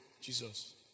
Jesus